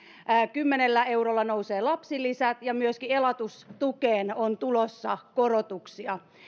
kymmenellä eurolla nousevat lapsilisät ja myöskin elatustukeen on tulossa korotuksia